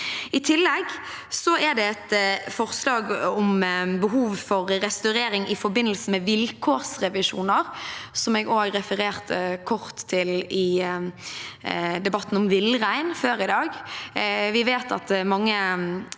I tillegg er det et forslag om behov for restaurering i forbindelse med vilkårsrevisjoner, som jeg også refererte kort til i debatten om villrein før i dag.